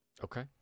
Okay